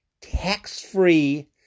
tax-free